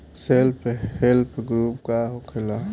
Self help group का होखेला?